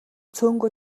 цөөнгүй